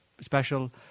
special